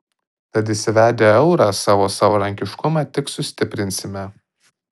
tad įsivedę eurą savo savarankiškumą tik sustiprinsime